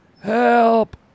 help